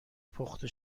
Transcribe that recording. پخته